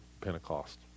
Pentecost